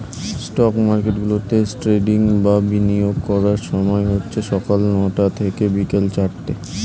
stock মার্কেটগুলোতে trading বা বিনিয়োগ করার সময় হচ্ছে সকাল নয়টা থেকে বিকেল চারটে